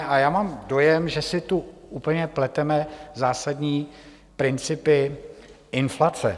A já mám dojem, že si tu úplně pleteme zásadní principy inflace.